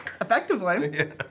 Effectively